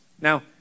Now